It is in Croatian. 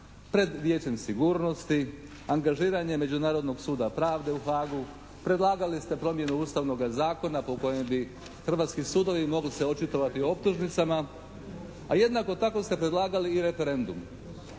pred Vijećem sigurnosti, angažiranje Međunarodnog suda pravde u Hagu. Predlagali ste promjenu Ustavnoga zakona po kojem bi hrvatski sudovi mogli se očitovati optužnicama a jednako tako ste predlagali i referendum.